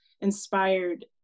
inspired